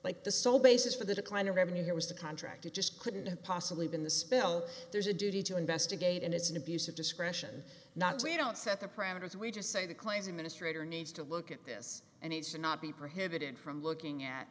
like the sole basis for the decline in revenue here was the contract it just couldn't have possibly been the spill there's a duty to investigate and it's an abuse of discretion not to we don't set the parameters we just say the claims administrator needs to look at this and it should not be prohibited from looking at